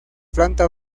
planta